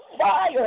fire